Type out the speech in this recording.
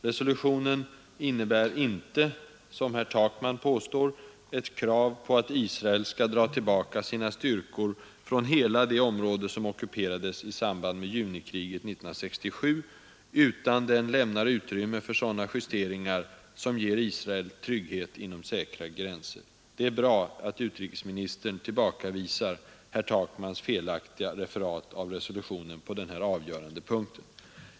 Resolutionen innebär inte, som herr Takman påstår, ett krav på att Israel skall dra tillbaka sina styrkor från hela det område som ockuperades i samband med junikriget 1967, utan den lämnar utrymme för sådana justeringar som ger Israel trygghet inom säkra gränser. Det är bra att utrikesministern tillbakavisar herr Takmans felaktiga referat av resolutionen på denna avgörande punkt.